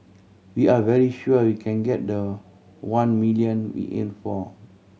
we are very sure we can get the one million we aim for